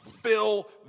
fill